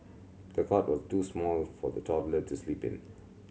the cot was too small for the toddler to sleep in